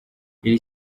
iri